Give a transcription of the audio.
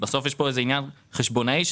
לא ביטחוניים?